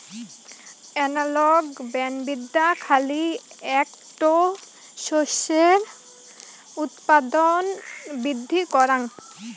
analogue বনবিদ্যা খালি এ্যাকটো শস্যের উৎপাদন বৃদ্ধি করাং